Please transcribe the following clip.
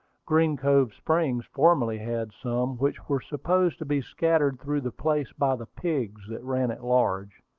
green cove springs formerly had some, which were supposed to be scattered through the place by the pigs that ran at large.